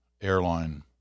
airline